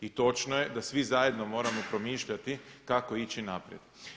I točno je da svi zajedno moramo promišljati kako ići naprijed.